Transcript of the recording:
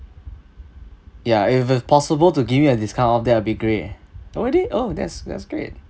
ya if if possible to give me a discount off that will be great already oh that's that's great